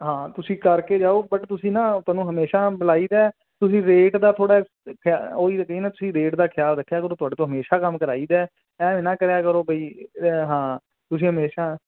ਹਾਂ ਤੁਸੀਂ ਕਰਕੇ ਜਾਓ ਬਟ ਤੁਸੀਂ ਨਾ ਤੁਹਾਨੂੰ ਹਮੇਸ਼ਾ ਬੁਲਾਈਦਾ ਤੁਸੀਂ ਰੇਟ ਦਾ ਥੋੜਾ ਤੁਸੀਂ ਰੇਟ ਦਾ ਖਿਆਲ ਰੱਖਿਆ ਕਰੋ ਤੁਹਾਡੇ ਤੋਂ ਹਮੇਸ਼ਾ ਕੰਮ ਕਰਾਈਦਾ ਐ ਨਾ ਕਰਿਆ ਕਰੋ ਬਈ ਹਾਂ ਤੁਸੀਂ ਹਮੇਸ਼ਾ